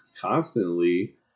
constantly